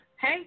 Hey